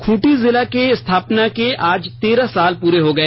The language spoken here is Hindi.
खुंटी जिला के स्थापना के आज तेरह साल पुरे हो गए